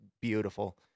beautiful